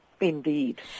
Indeed